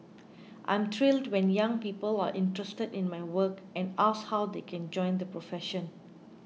I am thrilled when young people are interested in my work and ask how they can join the profession